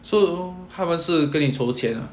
so 他们是跟你筹钱 lah